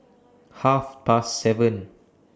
Half Past seven